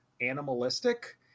animalistic